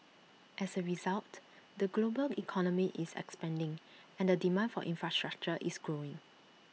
as A result the global economy is expanding and the demand for infrastructure is growing